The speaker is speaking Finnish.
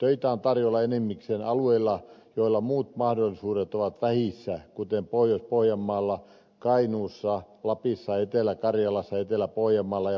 töitä on tarjolla enimmäkseen alueilla joilla muut mahdollisuudet ovat vähissä kuten pohjois pohjanmaalla kainuussa lapissa etelä karjalassa etelä pohjanmaalla ja pohjois savossa